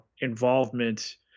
involvement